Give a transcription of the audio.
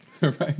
Right